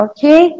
Okay